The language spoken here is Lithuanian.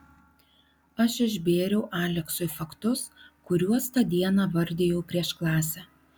aš išbėriau aleksui faktus kuriuos tą dieną vardijau prieš klasę